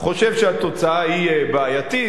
חושב שהתוצאה היא בעייתית.